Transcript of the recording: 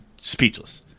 speechless